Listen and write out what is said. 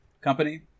company